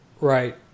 right